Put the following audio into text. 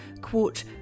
quote